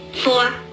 Four